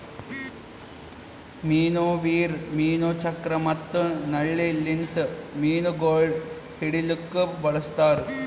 ಮೀನು ವೀರ್, ಮೀನು ಚಕ್ರ ಮತ್ತ ನಳ್ಳಿ ಲಿಂತ್ ಮೀನುಗೊಳ್ ಹಿಡಿಲುಕ್ ಬಳಸ್ತಾರ್